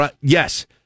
Yes